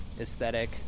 aesthetic